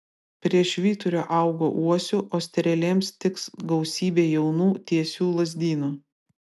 prie švyturio augo uosių o strėlėms tiks gausybė jaunų tiesių lazdynų